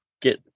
get